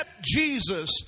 Jesus